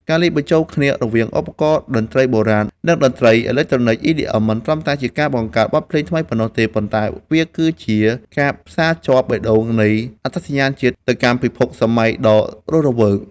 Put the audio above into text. ការលាយបញ្ចូលគ្នារវាងឧបករណ៍តន្ត្រីបុរាណ និងតន្ត្រីអេឡិចត្រូនិក EDM មិនត្រឹមតែជាការបង្កើតបទភ្លេងថ្មីប៉ុណ្ណោះទេ ប៉ុន្តែវាគឺជាការផ្សារភ្ជាប់បេះដូងនៃអត្តសញ្ញាណជាតិ ទៅកាន់ពិភពសម័យកាលដ៏រស់រវើក។